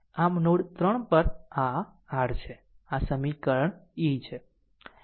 આમ નોડ 3 પર આ r છે આ સમીકરણ e છે